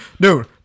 dude